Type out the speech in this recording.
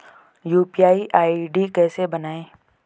UPI ID कैसे बनायें?